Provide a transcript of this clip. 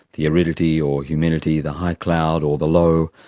the aridity or humidity, the high cloud or the low,